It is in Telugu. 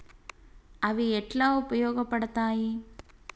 అవి ఎట్లా ఉపయోగ పడతాయి?